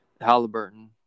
Halliburton